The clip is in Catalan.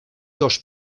dos